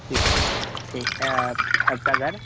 six eight ठीक है आपका घर